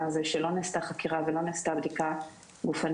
הזה שלא נעשתה חקירה ולא נעשתה בדיקה גופנית.